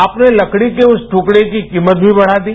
आपने लकड़ी के उस दुकड़े की कीमत भी बड़ा दी